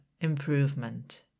improvement